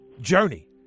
journey